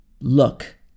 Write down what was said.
look